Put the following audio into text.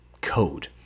CODE